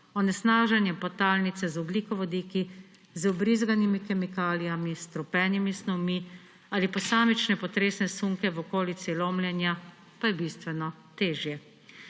onesnaženje podtalnice z ogljikovodiki, z vbrizganimi kemikalijami, s strupenimi snovmi ali posamične potresne sunke v okolici lomljenja, pa je bistveno težje.